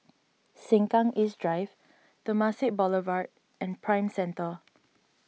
Sengkang East Drive Temasek Boulevard and Prime Centre